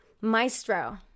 Maestro